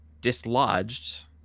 dislodged